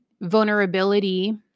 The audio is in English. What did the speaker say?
vulnerability